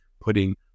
putting